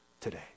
today